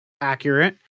accurate